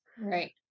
Right